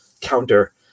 counter